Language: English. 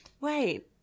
Wait